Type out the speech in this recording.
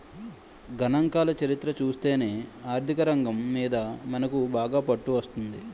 గణాంకాల చరిత్ర చూస్తేనే ఆర్థికరంగం మీద మనకు బాగా పట్టు వస్తుంది